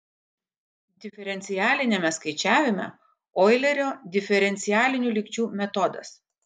diferencialiniame skaičiavime oilerio diferencialinių lygčių metodas